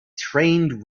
trained